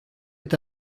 est